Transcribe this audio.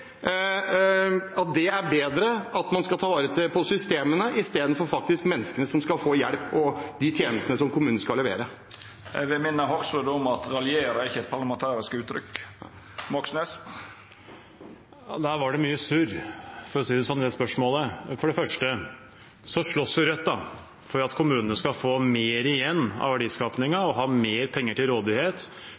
riktig – og bedre – overfor dem som ikke får tjenestene fordi det ikke er penger, å ta vare på systemene istedenfor å ta vare på menneskene, som skal få hjelp, og de tjenestene som kommunen skal levere? Presidenten vil minna representanten Hoksrud om at «raljera» ikkje er eit parlamentarisk uttrykk. Det var mye surr, for å si det slik, i det spørsmålet. For det første slåss Rødt for at kommunene skal få mer igjen av verdiskapingen og ha mer penger til rådighet